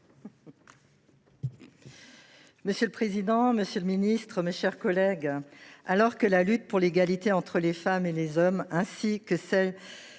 Monsieur le président, monsieur le garde des sceaux, mes chers collègues, alors que la lutte pour l’égalité entre les femmes et les hommes, ainsi que celle